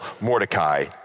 Mordecai